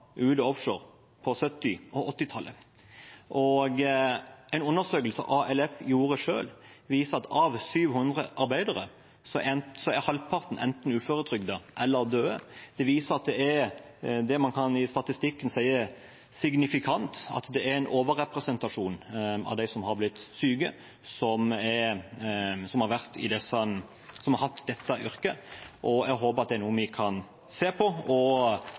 offshore, på 1970- og 1980-tallet. En undersøkelse Arbeidsmiljøskaddes Landsforening gjorde selv, viste at av 700 arbeidere er halvparten enten uføretrygdet eller døde. Det viser det man i statistikken kan si er «signifikant», at det er en overrepresentasjon av dem som har blitt syke, som har hatt dette yrket. Jeg håper dette er noe vi kan se på, og